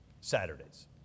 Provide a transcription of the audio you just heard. Saturdays